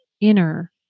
inner